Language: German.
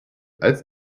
als